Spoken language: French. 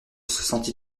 sentit